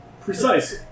Precise